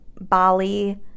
Bali